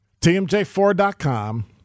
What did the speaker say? TMJ4.com